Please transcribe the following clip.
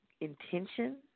intention